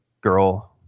girl